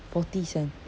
forty cent